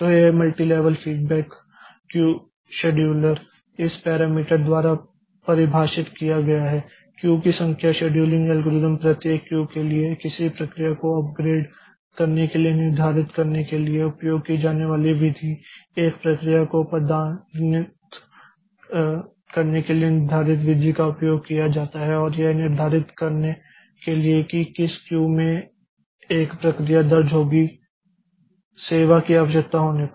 तो यह multilevel feedback queue scheduler इस पैरामीटर द्वारा परिभाषित किया गया है क्यू की संख्या शेड्यूलिंग एल्गोरिदम प्रत्येक क्यू के लिए किसी प्रक्रिया को अपग्रेड करने के लिए निर्धारित करने के लिए उपयोग की जाने वाली विधि एक प्रक्रिया को पदावनति करने के लिए निर्धारित विधि का उपयोग किया जाता है और यह निर्धारित करने के लिए कि किस क्यू में एक प्रक्रिया दर्ज होगी सेवा की आवश्यकता होने पर